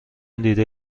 دیده